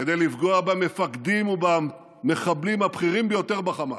כדי לפגוע במפקדים ובמחבלים הבכירים ביותר בחמאס,